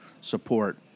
support